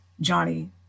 Johnny